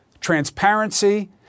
transparency